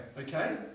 Okay